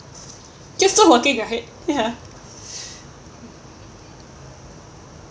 you're still working right ya